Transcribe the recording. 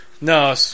no